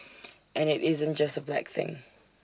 and IT isn't just A black thing